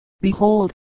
behold